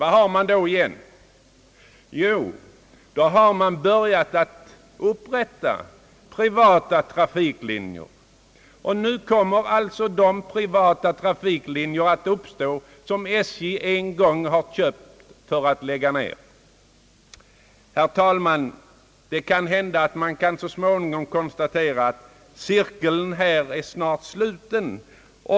Vad kan då göras? Ja, man har börjat upprätta privata trafiklinjer. Nu kommer alltså de privata trafiklinjer att återuppstå som SJ på sin tid köpte in för att lägga ned. Herr talman! Man kanske så småningom kan konstatera att cirkeln är sluten.